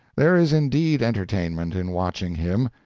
there is indeed entertainment in watching him.